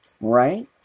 Right